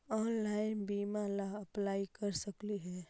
Online बीमा ला apply कर सकली हे?